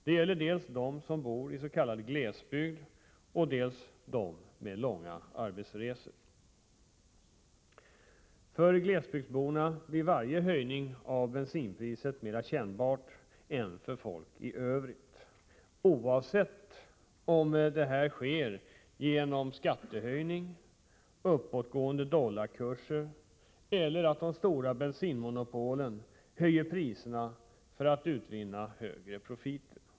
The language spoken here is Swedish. Det gäller dels dem som bor i s.k. glesbygd, dels de människor som har långa arbetsresor. För glesbygdsborna blir varje höjning av bensinpriset mer kännbar än för folk i övrigt, oavsett om höjningen sker genom skattehöjning, uppåtgående dollarkurser eller på grund av att de stora bensinmonopolen höjer priserna för att utvinna högre profiter.